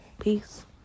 Peace